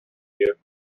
you